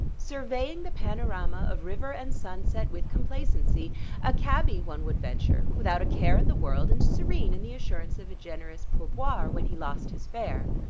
surveying the panorama of river and sunset with complacency a cabby, one would venture, without a care in the world and serene in the assurance of a generous pour-boire when he lost his fare.